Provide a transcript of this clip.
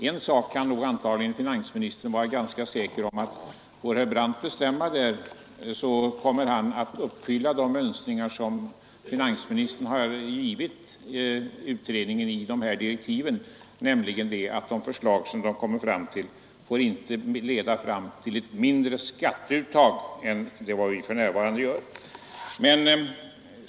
En sak kan finansministern antagligen vara ganska säker på: Får herr Brandt bestämma där kommer han att uppfylla de önskningar som finansministern har framställt till utredningen i direktiven, nämligen att de förslag den kommer fram till inte får leda till ett mindre skatteuttag än det vi för närvarande har.